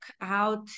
out